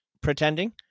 pretending